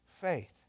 faith